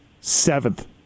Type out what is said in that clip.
seventh